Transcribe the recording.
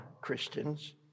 Christians